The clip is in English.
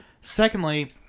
Secondly